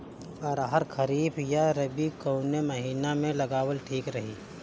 अरहर खरीफ या रबी कवने महीना में लगावल ठीक रही?